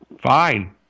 Fine